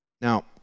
Now